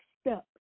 step